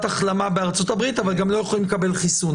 החלמה בארצות-הברית אבל גם לא יכולים לקבל חיסון.